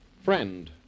Friend